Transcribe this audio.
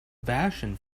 vashon